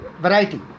Variety